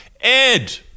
Ed